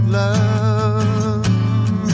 love